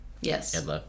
Yes